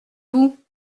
vous